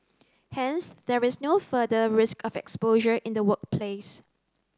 hence there is no further risk of exposure in the workplace